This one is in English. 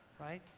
right